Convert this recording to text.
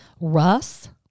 Russ